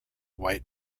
white